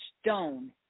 Stone